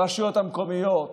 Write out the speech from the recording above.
ברשויות המקומיות,